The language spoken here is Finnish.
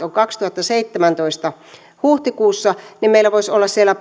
ovat kaksituhattaseitsemäntoista huhtikuussa niin meillä voisi olla siellä